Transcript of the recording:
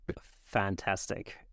fantastic